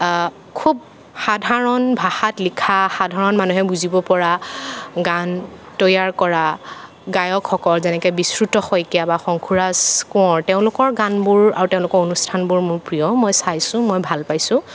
খুব সাধাৰণ ভাষাত লিখা সাধাৰণ মানুহে বুজিব পৰা গান তৈয়াৰ কৰা গায়কসকল যেনেকে বিশ্ৰুত শইকীয়া বা শংকুৰাজ কোঁৱৰ তেওঁলোকৰ গানবোৰ আৰু তেওঁলোকৰ অনুষ্ঠানবোৰ মোৰ প্ৰিয় মই চাইছোঁ মই ভাল পাইছোঁ